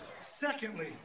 secondly